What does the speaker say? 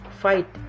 Fight